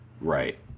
Right